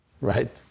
Right